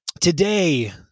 today